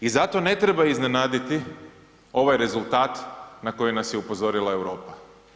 I zato ne treba iznenaditi ovaj rezultat na koji nas je upozorila Europa.